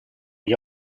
gli